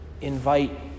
Invite